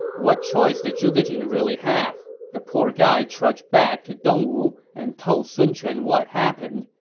what choice did zhuge jing really have? the poor guy trudged back to dongwu and told sun quan what happened,